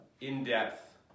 in-depth